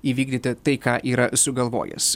įvykdyti tai ką yra sugalvojęs